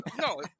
No